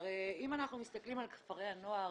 הרי אם אנחנו מסתכלים על כפרי הנוער,